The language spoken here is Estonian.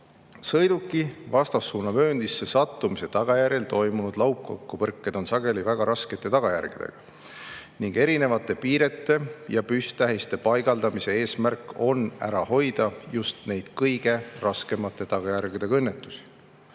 Sõiduki vastassuunavööndisse sattumise tagajärjel toimunud laupkokkupõrked on sageli väga raskete tagajärgedega ning erinevate piirete ja püsttähiste paigaldamise eesmärk on ära hoida just neid kõige raskemate tagajärgedega õnnetusi.